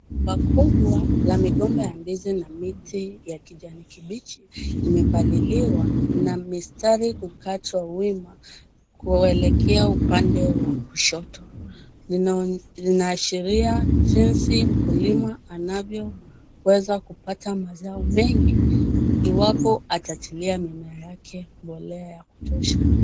Shamba kubwa ya migomba ya ndizi na miti ya kijani kibichi imepaliliwa na mistari kukatwa wima kuelekea upande wa kushoto. Zinaashiria jinsi mkulima anavyoweza kupata mazao mengi iwapo atatilia mimea yake mbolea ya kutosha.